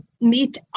meet